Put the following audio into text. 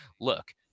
look